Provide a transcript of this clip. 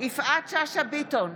יפעת שאשא ביטון,